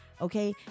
okay